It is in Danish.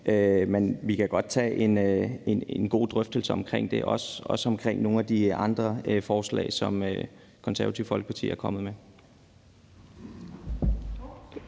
Men vi kan godt tage en god drøftelse om det og også omkring nogle af de andre forslag, som Det Konservative Folkeparti er kommet med.